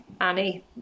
Annie